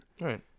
Right